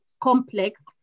complex